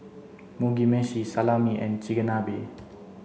Mugi meshi Salami and Chigenabe